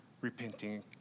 repenting